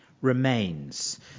remains